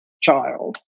child